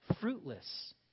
fruitless